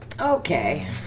Okay